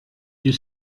you